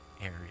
area